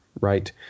right